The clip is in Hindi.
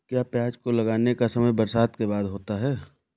क्या प्याज को लगाने का समय बरसात के बाद होता है?